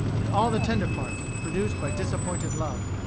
and all the tender parts, produced by disappointed love.